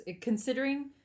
considering